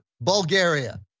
Bulgaria